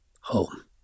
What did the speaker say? home